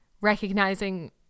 recognizing